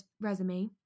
resume